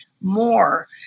more